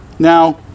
Now